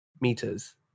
meters